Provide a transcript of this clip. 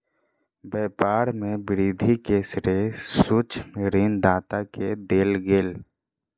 व्यापार में वृद्धि के श्रेय सूक्ष्म ऋण दाता के देल गेल